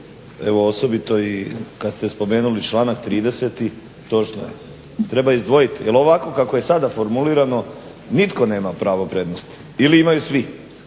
Evo osobito i kad ste spomenuli članak 30., točno je treba izdvojit, jel ovako kako je sada formulirano nitko nema pravo prednosti ili imaju svi,